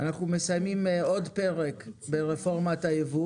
אנחנו מסיימים עוד פרק ברפורמת היבוא